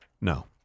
No